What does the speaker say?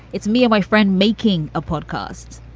it's me and my friend making a podcast.